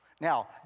Now